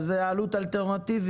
אז זו עלות אלטרנטיבית.